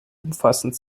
umfassend